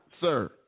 sir